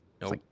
Nope